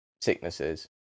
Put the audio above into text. sicknesses